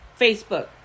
Facebook